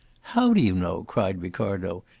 how do you know? cried ricardo,